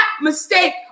mistake